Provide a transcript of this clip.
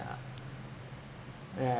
yeah right